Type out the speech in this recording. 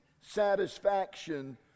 satisfaction